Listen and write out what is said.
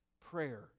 Prayer